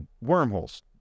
wormholes